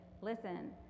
listen